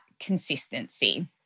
consistency